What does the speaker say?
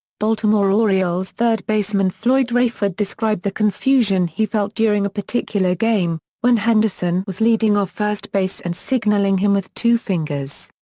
baltimore orioles third baseman floyd rayford described the confusion he felt during a particular game, when henderson was leading off first base and signalling him with two fingers.